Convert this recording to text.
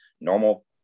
normal